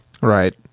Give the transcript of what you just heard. Right